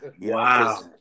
Wow